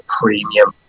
premium